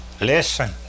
listen